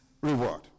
reward